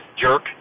jerk